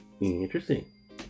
interesting